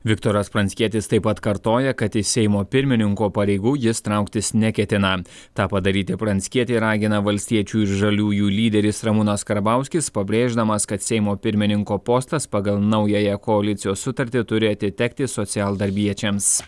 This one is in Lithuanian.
viktoras pranckietis taip pat kartoja kad iš seimo pirmininko pareigų jis trauktis neketina tą padaryti pranckietį ragina valstiečių ir žaliųjų lyderis ramūnas karbauskis pabrėždamas kad seimo pirmininko postas pagal naująją koalicijos sutartį turi atitekti socialdarbiečiams